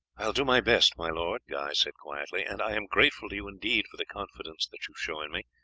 i will do my best, my lord, guy said quietly and i am grateful to you indeed for the confidence that you show in me,